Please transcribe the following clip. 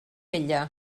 ella